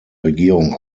regierung